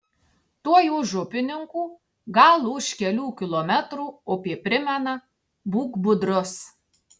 tuoj už upninkų gal už kelių kilometrų upė primena būk budrus